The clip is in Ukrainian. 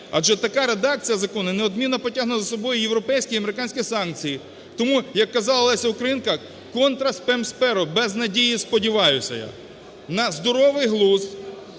адже така редакція закону неодмінно потягне за собою європейські і американські санкції. Тому, як казала Леся Українка "Contra spem spero!", без надії сподіваюся я на здоровий глузд,